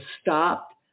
stopped